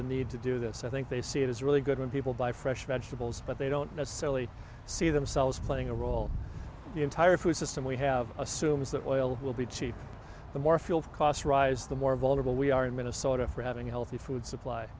the need to do this i think they see it as really good when people buy fresh vegetables but they don't it's silly see themselves playing a role the entire food system we have assumes that oil will be cheap the more fuel costs rise the more vulnerable we are in minnesota for having a healthy food supply